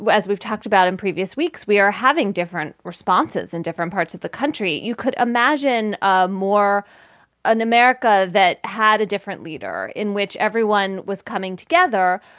but as we've talked about in previous weeks, we are having different responses in different parts of the country you could imagine ah more an america that had a different leader in which everyone was coming together,